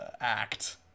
act